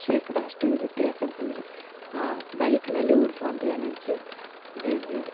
ಶೇಖಡಾ ಅಷ್ಟು ಇರುತ್ತೆ ಯಾಕಂತಂದರೆ ಬೈಕ್ನಲ್ಲಿ ಓಡಿಸುವಂಥಾ ಎನರ್ಜಿ ಬೇರೆ